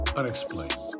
unexplained